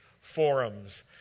forums